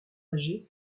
âgées